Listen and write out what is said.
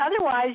otherwise